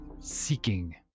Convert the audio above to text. seeking